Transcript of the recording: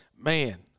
man